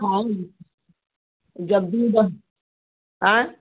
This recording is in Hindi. आँय